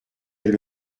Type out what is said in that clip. elle